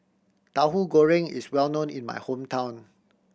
Tauhu Goreng is well known in my hometown